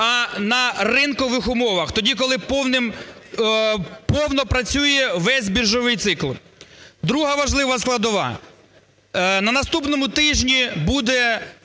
а на ринкових умовах, тоді, коли повно працює весь біржовий цикл. Друга важлива складова. На наступному тижні буде